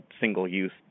single-use